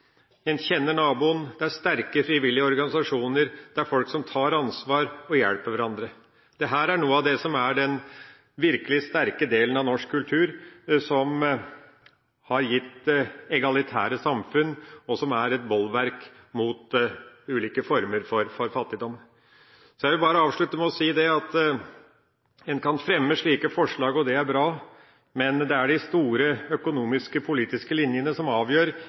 Man kjenner naboen, det er sterke frivillige organisasjoner, og det er folk som tar ansvar og hjelper hverandre. Dette er noe av det som virkelig er den sterke delen av norsk kultur, som har gitt egalitære samfunn, og som er et bolverk mot ulike former for fattigdom. Jeg vil avslutte med å si at en kan fremme slike forslag, og det er bra, men det er de store økonomiske og politiske linjene som avgjør